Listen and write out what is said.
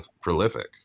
prolific